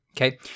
okay